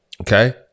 Okay